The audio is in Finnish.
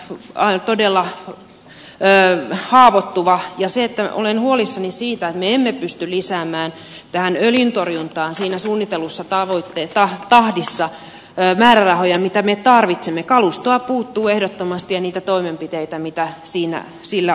tai todella ja haavoittuva ja siitä olen huolissani siitä me emme pysty lisäämään tähän öljyntorjuntaan siinä suunnitellussatavoitteita tahdissa ei määrärahojen mitä me tarvitsemme kalustoa puuttuu ehdottomasti niitä toimenpiteitä mitä siinä sillä